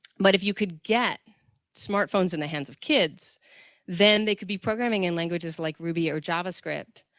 but if you could get smart phones in the hands of kids then they could be programming in languages like ruby or javascript,